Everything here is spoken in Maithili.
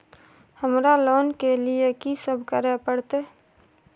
हमरा लोन के लिए की सब करे परतै?